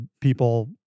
people